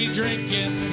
drinking